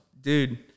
Dude